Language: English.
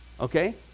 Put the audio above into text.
okay